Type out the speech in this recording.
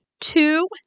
two